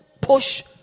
push